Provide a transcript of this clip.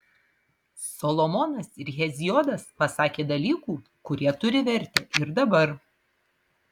solomonas ir heziodas pasakė dalykų kurie turi vertę ir dabar